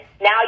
now